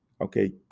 okay